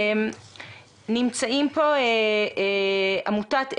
נמצאת כאן עמותת עלם,